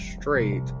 straight